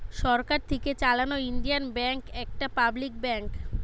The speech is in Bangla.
সরকার থিকে চালানো ইন্ডিয়ান ব্যাঙ্ক একটা পাবলিক ব্যাঙ্ক